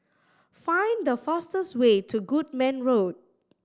find the fastest way to Goodman Road